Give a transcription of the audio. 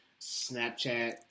Snapchat